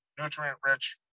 nutrient-rich